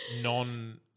non